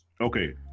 Okay